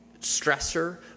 stressor